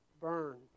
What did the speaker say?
burn